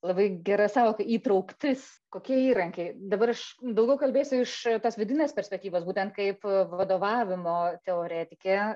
labai gera sąvoka įtrauktis kokie įrankiai dabar aš daugiau kalbėsiu iš tos vidinės perspektyvos būtent kaip vadovavimo teoretikė